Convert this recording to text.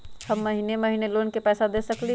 हम महिने महिने लोन के पैसा दे सकली ह?